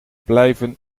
blijven